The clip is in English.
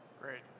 Great